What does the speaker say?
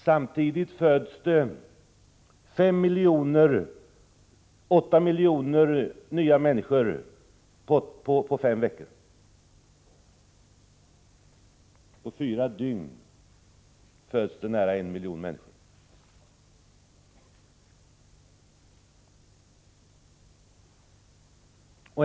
På fem veckor föds 8 miljoner människor. På fyra dygn föds nära 1 miljon människor.